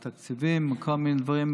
על התקציבים וכל מיני דברים.